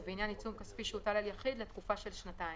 ובעניין עיצום כספי שהוטל על יחיד לתקופה של שנתיים,